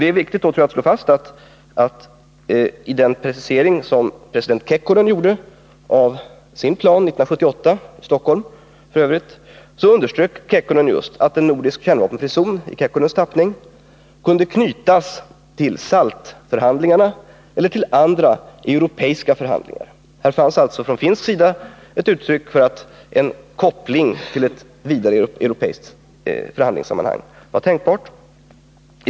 Det är därför väsentligt att det slås fast att president Kekkonen i den precisering av sin plan som han gjorde i Stockholm 1978 underströk att en nordisk kärnvapenfri zon i hans tappning kunde knytas till SALT-förhandlingarna eller till andra europeiska förhandlingar. Här gavs alltså från finsk sida uttryck för att en koppling till ett vidare europeiskt förhandlingssammanhang var tänkbar.